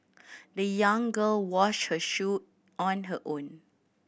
the young girl washed her shoe on her own